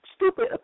stupid